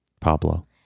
Pablo